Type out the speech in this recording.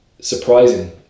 Surprising